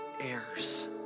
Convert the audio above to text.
heirs